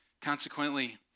Consequently